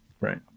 Right